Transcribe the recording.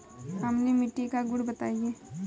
अम्लीय मिट्टी का गुण बताइये